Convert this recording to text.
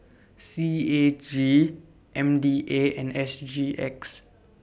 C A G M D A and S G X